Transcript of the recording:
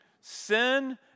sin